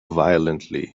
violently